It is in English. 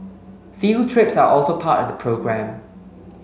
field trips are also part of the programme